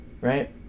right